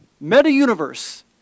meta-universe